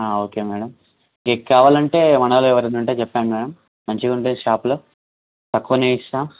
okay madam మీ కావాలంటే మన వాళ్ళు ఎవరన్న ఉంటే చెప్పండి మేడం మంచిగా ఉంటాయి షాప్లో తక్కువకు ఇస్తాం